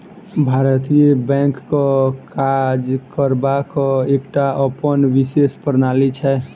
भारतीय बैंकक काज करबाक एकटा अपन विशेष प्रणाली छै